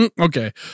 Okay